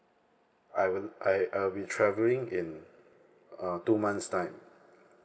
I will I I'll be travelling in uh two months' time